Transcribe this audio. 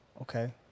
Okay